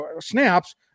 snaps